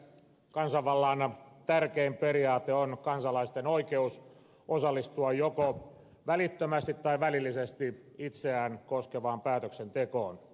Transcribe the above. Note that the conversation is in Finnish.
kansanvallan tärkein periaate on kansalaisten oikeus osallistua joko välittömästi tai välillisesti itseään koskevaan päätöksentekoon